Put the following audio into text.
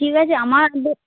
ঠিক আছে আমারদের